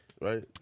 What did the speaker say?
right